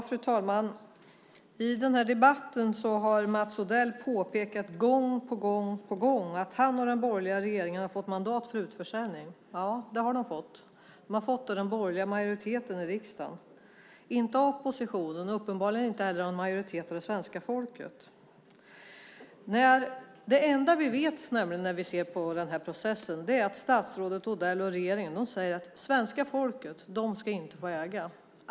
Fru talman! I debatten har Mats Odell gång på gång påpekat att han och den borgerliga regeringen har fått mandat för utförsäljning. Ja, det har de fått. De har fått det av den borgerliga majoriteten i riksdagen - inte av oppositionen och uppenbarligen inte heller av en majoritet av det svenska folket. Det enda vi vet när vi ser på den här processen är nämligen att statsrådet Odell och regeringen säger att svenska folket inte ska få äga.